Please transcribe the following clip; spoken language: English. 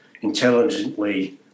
intelligently